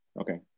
Okay